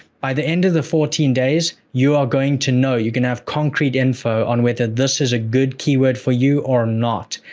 by the end of the fourteen days, you are going to know, you're going to have concrete info on whether this is a good keyword for you or not.